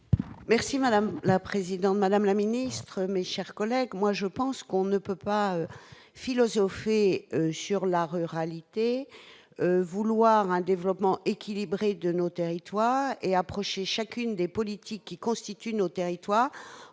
Merci madame la présidente, madame la ministre, mes chers collègues, moi je pense qu'on ne peut pas philosopher sur la ruralité vouloir un développement équilibré de nos territoires et approcher chacune des politiques qui constituent nos territoires